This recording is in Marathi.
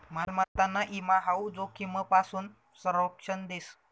मालमत्ताना ईमा हाऊ जोखीमपासून संरक्षण देस